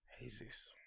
Jesus